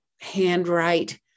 handwrite